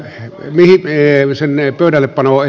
sen pöydällepanoehdotuksen ajankohta